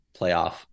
playoff